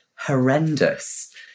horrendous